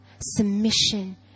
Submission